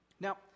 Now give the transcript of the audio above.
Now